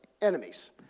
enemies